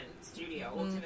studio